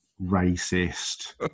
racist